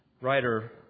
writer